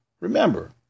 Remember